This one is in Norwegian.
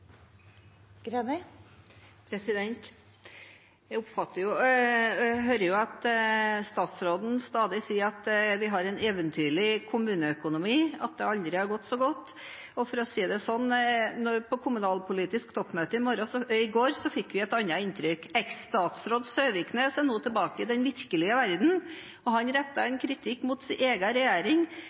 Jeg hører at statsråden stadig sier vi har en eventyrlig kommuneøkonomi, og at det aldri før har gått så godt. For å si det sånn: På kommunalpolitisk toppmøte i går fikk vi et annet inntrykk. Eks-statsråd Søviknes er nå tilbake i den virkelige verden, og han rettet kritikk mot sin egen regjering,